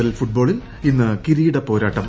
L ഫുട്ബോളിൽ ഇന്ന് കിരീട പോരാട്ടം